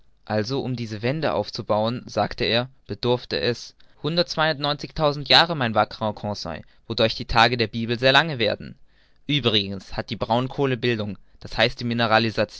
also um diese wände aufzubauen sagte er bedurfte es hundertzweiundneunzigtausend jahre mein wackerer conseil wodurch die tage der bibel sehr lange werden uebrigens hat die braunkohlenbildung d h die